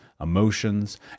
emotions